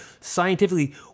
scientifically